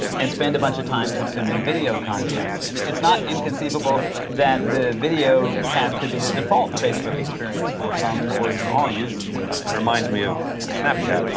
and spend a bunch of time consuming video content. and it's not inconceivable that the video tab could be the default facebook experience for some or even all users one day. reminds me of snapchat,